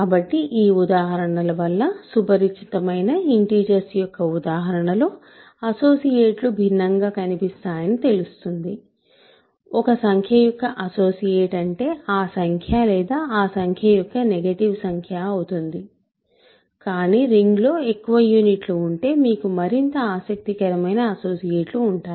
కాబట్టి ఈ ఉదాహరణల వల్ల సుపరిచితమైన ఇంటిజర్స్ యొక్క ఉదాహరణలో అసోసియేట్లు భిన్నంగా కనిపిస్తాయని తెలుస్తుంది ఒక సంఖ్య యొక్క అసోసియేట్ అంటే ఆ సంఖ్య లేదా ఆ సంఖ్య యొక్క నెగటివ్ సంఖ్య అవుతోంది కానీ రింగ్లో ఎక్కువ యూనిట్లు ఉంటే మీకు మరింత ఆసక్తికరమైన అసోసియేట్లు ఉంటాయి